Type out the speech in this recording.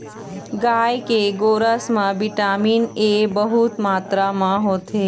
गाय के गोरस म बिटामिन ए बहुत मातरा म होथे